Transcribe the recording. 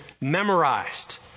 memorized